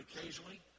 occasionally